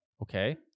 Okay